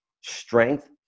strength